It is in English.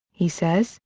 he says,